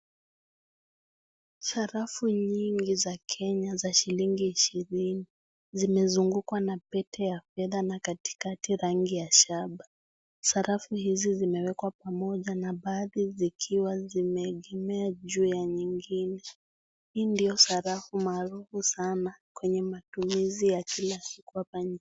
Sarafu nyingi za Kenya za shilingi ishirini zimesungukwa na pete ya fedha na katikati rangi ya shaba, sarafu hizi zimewekwa pamoja na baadhi zikiwa zimeegemea juu ya nyingine. Hii ndio sarafu maarufu sana kwenye matumizi ya kila siku hapa nchini.